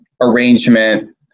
arrangement